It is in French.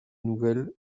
nouvelles